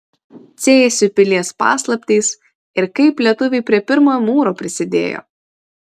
cėsių pilies paslaptys ir kaip lietuviai prie pirmojo mūro prisidėjo